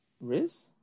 Riz